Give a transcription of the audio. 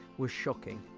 was shocking.